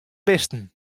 bisten